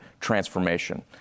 transformation